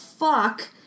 fuck